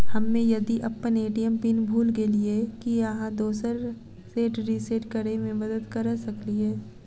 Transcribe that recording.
हम्मे यदि अप्पन ए.टी.एम पिन भूल गेलियै, की अहाँ दोबारा सेट रिसेट करैमे मदद करऽ सकलिये?